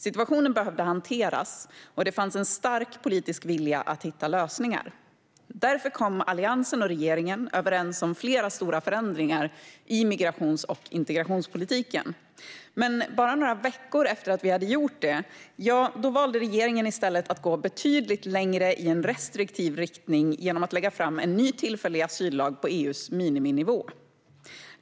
Situationen behövde hanteras, och det fanns en stark politisk vilja att hitta lösningar. Därför kom Alliansen och regeringen överens om flera stora förändringar i migrations och integrationspolitiken. Men bara några veckor efter att vi hade gjort det valde regeringen att i stället gå betydligt längre i restriktiv riktning genom att lägga fram en ny tillfällig asyllag på EU:s miniminivå.